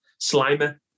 Slimer